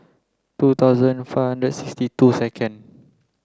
two thousand five hundred sixty two second